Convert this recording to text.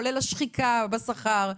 כולל השחיקה בשכר,